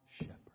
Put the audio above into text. shepherd